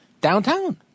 downtown